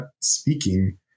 speaking